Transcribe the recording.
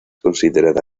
considerada